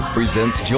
presents